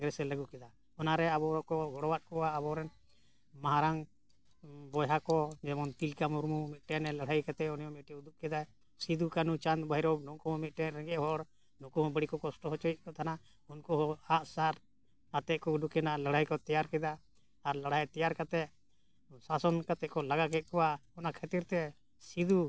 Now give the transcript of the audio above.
ᱠᱚᱝᱨᱮᱥᱮ ᱞᱟᱹᱜᱩ ᱠᱮᱫᱟ ᱚᱱᱟᱨᱮ ᱟᱵᱚ ᱠᱚ ᱜᱚᱲᱚᱣᱟᱜ ᱠᱚᱣᱟ ᱟᱵᱚᱨᱮᱱ ᱢᱟᱨᱟᱝ ᱵᱚᱭᱦᱟ ᱠᱚ ᱡᱮᱢᱚᱱ ᱛᱤᱞᱠᱟᱹ ᱢᱩᱨᱢᱩ ᱢᱤᱫᱴᱮᱱ ᱞᱟᱹᱲᱦᱟᱹᱭ ᱠᱟᱛᱮᱫ ᱩᱱᱤ ᱦᱚᱸ ᱢᱤᱫᱴᱮᱱ ᱮ ᱩᱫᱩᱜ ᱠᱮᱫᱟᱭ ᱥᱤᱫᱩ ᱠᱟᱹᱱᱩ ᱪᱟᱸᱫᱽ ᱵᱷᱟᱭᱨᱚ ᱱᱩᱠᱩ ᱦᱚᱸ ᱢᱤᱫᱴᱮᱱ ᱨᱮᱸᱜᱮᱡ ᱦᱚᱲ ᱱᱩᱠᱩ ᱦᱚᱸ ᱵᱟᱹᱲᱤᱡ ᱠᱚ ᱠᱚᱥᱴᱚ ᱦᱚᱪᱚᱭᱮᱫ ᱠᱚ ᱛᱟᱦᱮᱱᱟ ᱩᱱᱠᱩ ᱦᱚᱸ ᱟᱜ ᱥᱟᱨ ᱟᱛᱮᱫ ᱠᱚ ᱩᱰᱩᱠ ᱮᱱᱟ ᱞᱟᱹᱲᱦᱟᱹᱭ ᱠᱚ ᱛᱮᱭᱟᱨ ᱠᱮᱫᱟ ᱟᱨ ᱞᱟᱹᱲᱦᱟᱹᱭ ᱛᱮᱭᱟᱨ ᱠᱟᱛᱮᱫ ᱥᱟᱥᱚᱱ ᱠᱟᱛᱮᱫ ᱠᱚ ᱞᱟᱜᱟ ᱠᱮᱫ ᱠᱚᱣᱟ ᱚᱱᱟ ᱠᱷᱟᱹᱛᱤᱨ ᱛᱮ ᱥᱤᱫᱩ